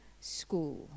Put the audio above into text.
school